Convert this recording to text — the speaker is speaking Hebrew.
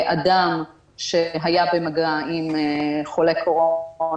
אדם שהיה במגע עם חולה קורונה,